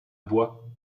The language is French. bois